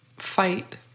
fight